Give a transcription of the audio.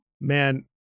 man